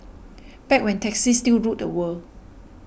back when taxis still ruled the world